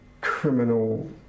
criminal